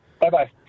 Bye-bye